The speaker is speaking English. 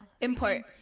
Import